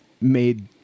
made